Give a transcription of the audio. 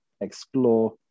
Explore